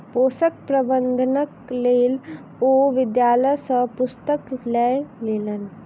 पोषक प्रबंधनक लेल ओ विद्यालय सॅ पुस्तक लय लेलैन